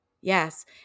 Yes